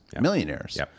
millionaires